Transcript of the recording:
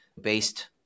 based